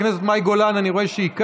חברת הכנסת מאי גולן, אני רואה שהיא כאן.